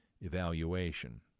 evaluation